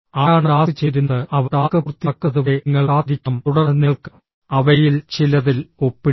ആരാണ് ടാസ്ക് ചെയ്തിരുന്നത് അവർ ടാസ്ക് പൂർത്തിയാക്കുന്നതുവരെ നിങ്ങൾ കാത്തിരിക്കണം തുടർന്ന് നിങ്ങൾക്ക് അവയിൽ ചിലതിൽ ഒപ്പിടുക